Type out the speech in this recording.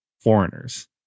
foreigners